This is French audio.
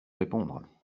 répondre